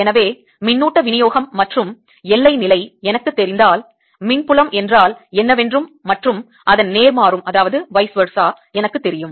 எனவே மின்னூட்ட விநியோகம் மற்றும் எல்லை நிலை எனக்குத் தெரிந்தால் மின் புலம் என்றால் என்னவென்றும் மற்றும் அதன் நேர்மாறும் எனக்குத் தெரியும்